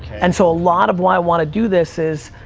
and so a lot of why i want to do this is,